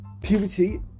Puberty